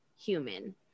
human